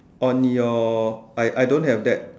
on your I I don't have that